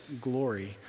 glory